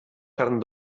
carn